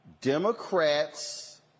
Democrats